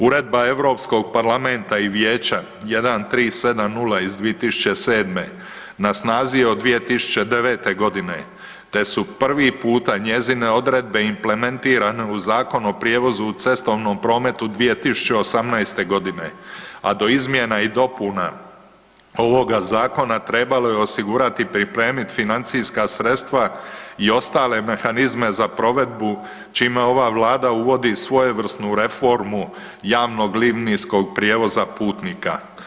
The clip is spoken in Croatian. Uredba EU Parlamenta i Vijeća 1370 iz 2007. na snazi je od 2009. g. te su prvi puta njezine odredbe implementirane u Zakonu o prijevozu u cestovnom prometu 2018. g. a do izmjena i dopuna ovoga zakona trebalo je osigurati i pripremiti financijska sredstva i ostale mehanizme za provedbu, čime ova Vlada uvodi svojevrsnu reformu javnog linijskog prijevoza putnika.